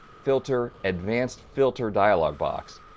filter, advanced filter dialog box,